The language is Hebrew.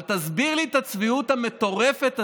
אבל תסביר לי את הצביעות המטורפת הזאת: